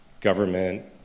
government